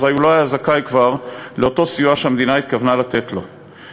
אז הוא כבר לא היה זכאי לאותו סיוע שהמדינה התכוונה לתת לו.